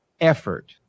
effort